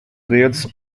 wales